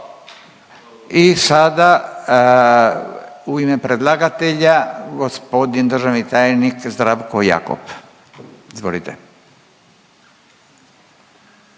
I sada u ime predlagatelja g. državni tajnik Zdravko Jakop. Izvolite.